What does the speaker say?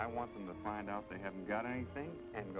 i want them to find out they haven't got anything and